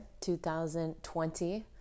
2020